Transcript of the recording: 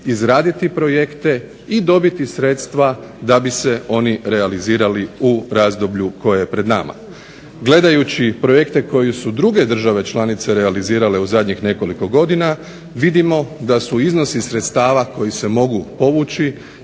izraditi projekte i dobiti sredstva da bi se oni realizirali u razdoblju koje je pred nama. Gledajući projekte koji su druge države članice realizirale u zadnjih nekoliko godina vidimo da su iznosi sredstava koji se mogu povući